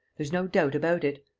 there's no doubt about it.